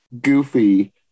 Goofy